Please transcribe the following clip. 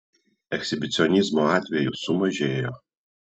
ekshibicionizmo atvejų sumažėjo